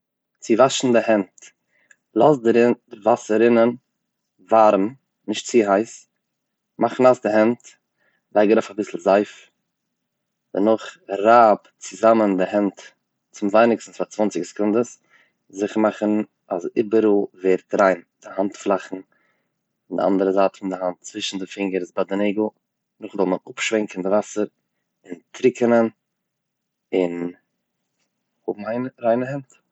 צו וואשן די הענט, לאז די רינ די וואסער רינען ווארעם נישט צו הייס, מאך נאס די הענט, לייג ארויף אביסל זייף, דערנאך רייב צוזאמען די הענט צום ווייניגסטן פאר צוואנציג סעקונדעס זיכער מאכן אז איבעראל ווערט ריין, די האנט פלאכן, די אנדערע זייט פון די האנט, צווישן די פינגערס ביי די נעגל, נאכדעם זאל מען אפשווענקען די וואסער און טרוקענען און האבן ריינע הענט.